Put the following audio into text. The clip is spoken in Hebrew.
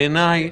בעיני,